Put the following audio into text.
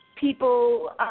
people